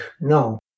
no